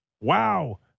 Wow